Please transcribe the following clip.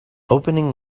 opening